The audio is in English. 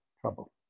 trouble